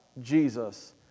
Jesus